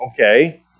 okay